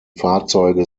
fahrzeuge